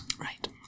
Right